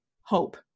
hope